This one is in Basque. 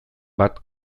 bat